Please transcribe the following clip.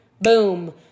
boom